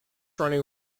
running